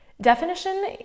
definition